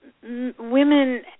Women